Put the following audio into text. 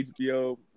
HBO